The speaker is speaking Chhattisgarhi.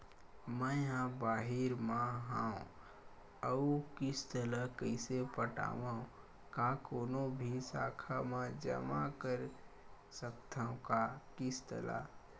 मैं हा बाहिर मा हाव आऊ किस्त ला कइसे पटावव, का कोनो भी शाखा मा जमा कर सकथव का किस्त ला?